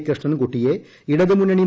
കൃഷ്ണൻ കുട്ടിയെ ഇടതുമുന്നണി എം